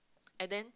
and then